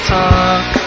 talk